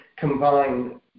combine